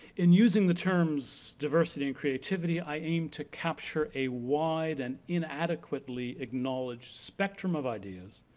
in using the terms, diversity and creativity, i aim to capture a wide and inadequately acknowledged spectrum of ideas,